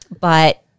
But-